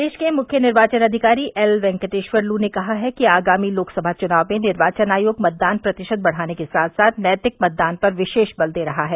प्रदेश के मुख्य निर्वाचन अधिकारी एलवेंकेटेश्वर लू ने कहा है कि आगामी लोकसभा चुनाव में निर्वाचन आयोग मतदान प्रतिशत बढ़ाने के साथ साथ नैतिक मतदान पर विशेष बल दे रहा है